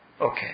Okay